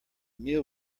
meal